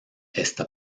está